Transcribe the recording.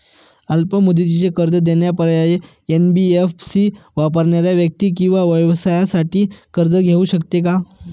अल्प मुदतीचे कर्ज देण्याचे पर्याय, एन.बी.एफ.सी वापरणाऱ्या व्यक्ती किंवा व्यवसायांसाठी कर्ज घेऊ शकते का?